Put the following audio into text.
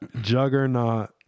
Juggernaut